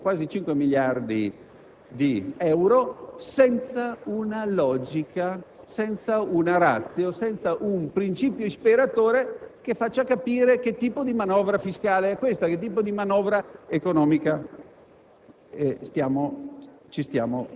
una cifra non considerevole, quasi 5 miliardi di euro, senza una *ratio*, senza un principio ispiratore che faccia capire che tipo di manovra fiscale è questa, di che tipo di manovra economica